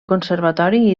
conservatori